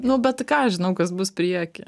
nu bet tai ką aš žinau kas bus prieky